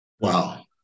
Wow